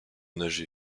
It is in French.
nager